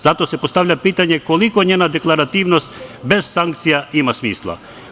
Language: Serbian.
Zato se postavlja pitanje koliko njena deklarativnost bez sankcija ima smisla.